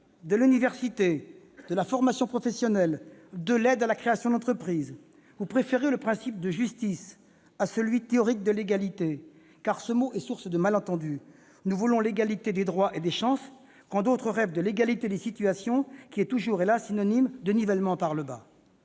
de l'université, de la formation professionnelle, de l'aide à la création d'entreprise. Vous préférez le principe de justice à celui, théorique, de l'égalité, car ce mot est source de malentendu. Nous voulons l'égalité des droits et des chances quand d'autres rêvent de l'égalité des situations, qui est toujours hélas ! synonyme de nivellement par le bas.